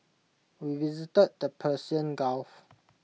we visited the Persian gulf